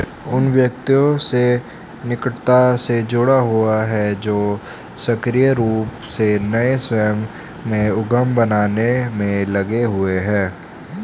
उन व्यक्तियों से निकटता से जुड़ा हुआ है जो सक्रिय रूप से नए स्वयं के उद्यम बनाने में लगे हुए हैं